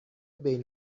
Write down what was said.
بین